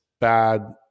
bad